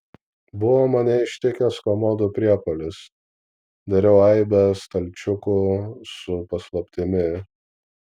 buvo mane ištikęs komodų priepuolis dariau aibę stalčiukų su paslaptimi